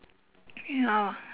ya